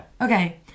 Okay